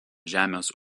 žemės